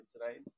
right